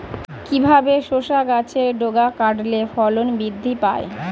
কিভাবে শসা গাছের ডগা কাটলে ফলন বৃদ্ধি পায়?